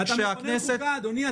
אתה מכונן חוקה, אדוני.